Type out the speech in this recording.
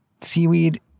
seaweed